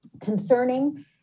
concerning